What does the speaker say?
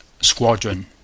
squadron